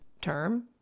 term